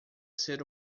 ser